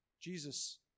jesus